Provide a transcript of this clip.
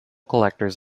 collectors